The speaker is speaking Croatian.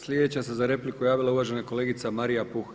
Sljedeća se za repliku javila uvažena kolegica Marija Puh.